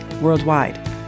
worldwide